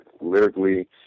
lyrically